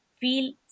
feel